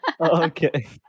Okay